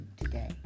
today